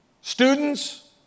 Students